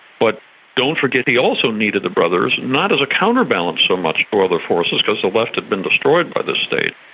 but don't forget he also needed the brothers not as a counterbalance so much for other forces because the left had been destroyed by the state,